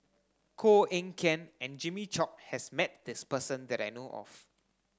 Koh Eng Kian and Jimmy Chok has met this person that I know of